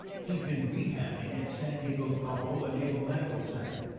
he's been rehabbing at san diego's balboa naval medical center.